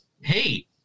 hey